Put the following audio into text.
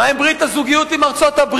מה עם ברית הזוגיות עם ארצות-הברית?